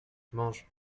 mange